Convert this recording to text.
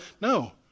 no